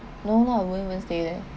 no lah won't even stay there